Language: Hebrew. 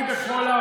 לא,